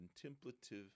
contemplative